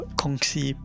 kongsi